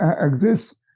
exist